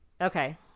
Okay